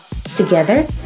Together